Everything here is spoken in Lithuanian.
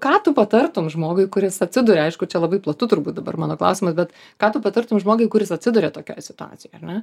ką tu patartum žmogui kuris atsiduria aišku čia labai platu turbūt dabar mano klausimas bet ką tu patartum žmogui kuris atsiduria tokioj situacijoj ar ne